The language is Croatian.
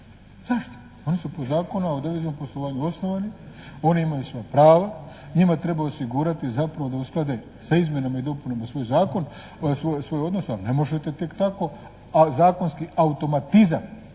Zašto? Oni su po Zakonu o deviznom poslovanju osnovani, oni imaju svoja prava, njima treba osigurati da zapravo usklade sa izmjenama i dopunama svoj zakon, svoje odnose. Pa ne možete tek tako a zakonski automatizam